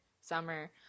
summer